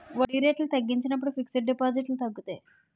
వడ్డీ రేట్లు తగ్గించినప్పుడు ఫిక్స్ డిపాజిట్లు తగ్గుతాయి